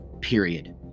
period